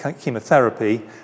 chemotherapy